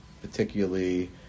particularly